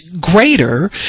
greater